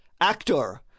Actor